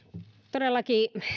todellakin